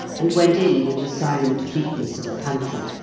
and went in with the silent fleetness of a panther.